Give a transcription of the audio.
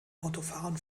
autofahrern